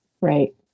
Right